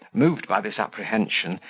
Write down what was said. moved by this apprehension,